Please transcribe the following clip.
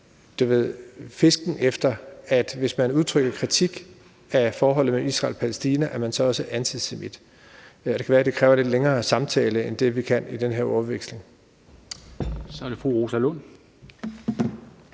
en fisken efter, at hvis man udtrykker kritik af forholdet mellem Israel og Palæstina, er man også antisemit. Det kan være, at det kræver en lidt længere samtale, end vi kan nå i den her ordveksling. Kl. 13:45 Formanden